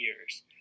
years